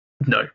No